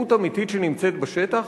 מציאות אמיתית שנמצאת בשטח?